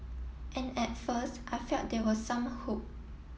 and at first I felt there was some hope